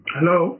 Hello